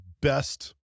best